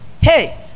Hey